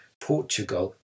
portugal